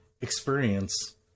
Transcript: experience